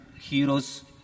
heroes